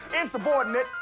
Insubordinate